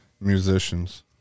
musicians